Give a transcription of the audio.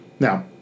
Now